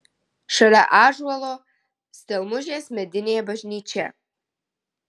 šalia ąžuolo stelmužės medinė bažnyčia